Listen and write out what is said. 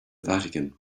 vatican